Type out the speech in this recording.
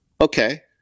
Okay